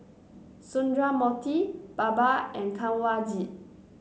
Sundramoorthy Baba and Kanwaljit